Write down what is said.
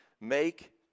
Make